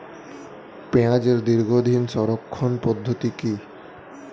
পেঁয়াজের দীর্ঘদিন সংরক্ষণ পদ্ধতি কি?